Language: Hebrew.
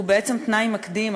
הוא בעצם תנאי מקדים.